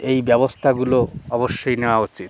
এই ব্যবস্থাগুলো অবশ্যই নেওয়া উচিত